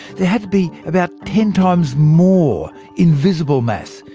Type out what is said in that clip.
there had to be about ten times more invisible mass,